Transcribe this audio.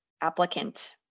applicant